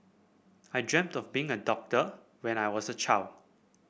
I dreamt of being a doctor when I was a child